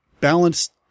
balanced